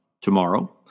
tomorrow